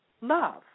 love